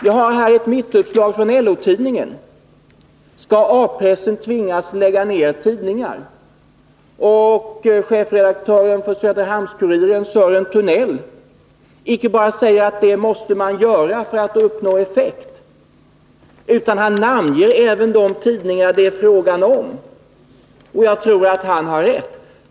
Jag har i min hand ett mittuppslag av LO-tidningen, där det står: ”Skall A-pressen tvingas lägga ner tidningar?” Chefredaktören för Söderhamns-Hälsinge-Kuriren Sören Thunell icke bara säger att man måste göra det för att uppnå effekt, utan han namnger också de tidningar som det är fråga om. Jag tror att han har rätt.